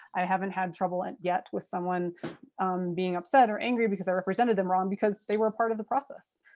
i haven't had trouble and yet with someone being upset or angry because i represented them wrong because they were a part of the process.